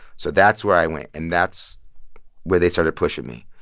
so that's where i went, and that's where they started pushing me.